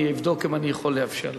אני אבדוק אם אני יכול לאפשר לך.